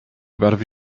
barwy